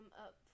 up